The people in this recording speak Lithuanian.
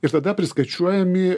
ir tada priskaičiuojami